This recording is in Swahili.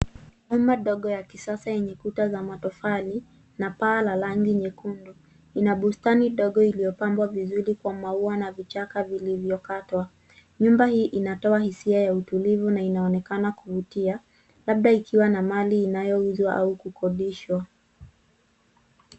Boma dogo ya kisasa yenye kuta za matofali na paa la rangi nyekundu. Ina bustani ndogo iliyopambwa vizuri kwa maua na vichaka vilivyokatwa. Nyumba hii inatoa hisia ya utulivu na inaonekana kuvutia labda ikiwa na mali inayouzwa au kukodishwa.